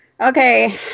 Okay